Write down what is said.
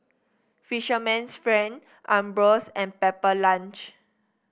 Fisherman's Friend Ambros and Pepper Lunch